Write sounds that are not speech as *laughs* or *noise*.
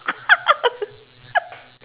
*laughs*